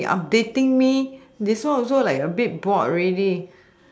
keeping updating me this one also like a bit bored already